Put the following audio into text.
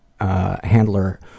Handler